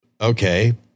okay